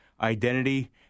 identity